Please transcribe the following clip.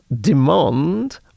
demand